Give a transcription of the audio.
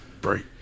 Break